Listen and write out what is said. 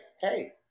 hey